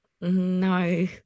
no